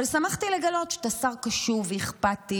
אבל שמחתי לגלות שאתה שר קשוב ואכפתי,